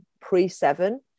pre-seven